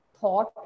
thought